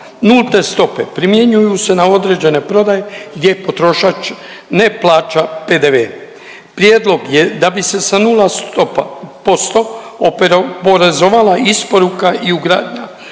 Nulte stope primjenjuju se na određene prodaje gdje potrošač ne plaća PDV. Prijedlog je da bi se sa 0 stopa posto oporezovala isporuka i ugradnja